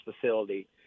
facility